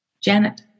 Janet